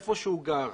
היכן שהוא גר.